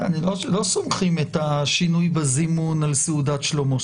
לא סומכים את השינוי בזימון על סעודת שלמה.